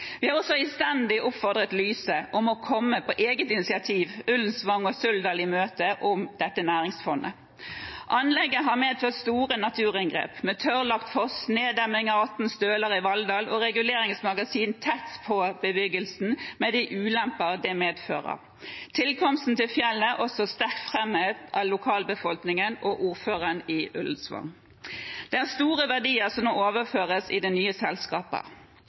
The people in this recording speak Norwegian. Vi har også innstendig oppfordret Lyse om, på eget initiativ, å komme Ullensvang og Suldal i møte om dette næringsfondet. Anlegget har medført store naturinngrep, med tørrlagt foss, neddemming av 18 støler i Valldal og reguleringsmagasin tett på bebyggelsen, med de ulemper det medfører. Tilkomsten til fjellet er også sterkt framhevet av lokalbefolkningen og ordføreren i Ullensvang. Det er store verdier som nå overføres til det nye selskapet.